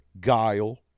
Guile